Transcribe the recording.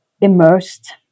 immersed